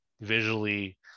visually